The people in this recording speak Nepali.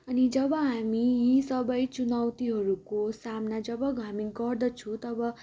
अनि जब हामी यी सबै चुनौतीहरूको सामना जब हामी गर्दछु तब